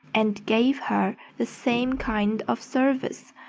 and gave her the same kind of service.